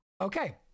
Okay